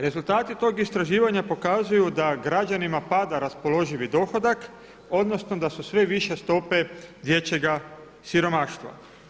Rezultati tog istraživanja pokazuju da građanima pada raspoloživi dohodak odnosno da su sve više stope dječjega siromaštva.